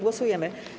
Głosujemy.